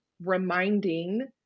reminding